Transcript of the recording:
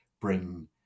bring